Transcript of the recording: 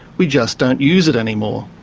we just don't use it anymore.